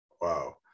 Wow